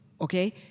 okay